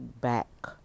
back